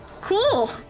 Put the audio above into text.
Cool